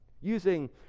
Using